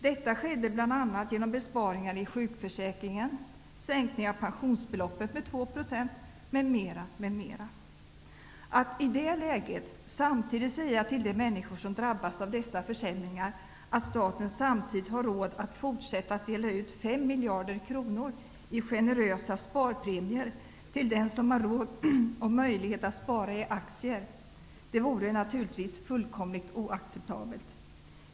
Detta skedde bl.a. genom besparingar i sjukförsäkringen, sänkning av pensionsbeloppet med 2 % m.m. Att i det läget samtidigt säga till de människor som drabbas av dessa försämringar att staten samtidigt har råd att fortsätta att dela ut 5 miljarder kronor i generösa sparpremier till dem som har råd och möjlighet att spara i aktier, vore naturligtvis fullkomligt oacceptabelt.